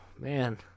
man